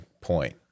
point